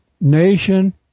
nation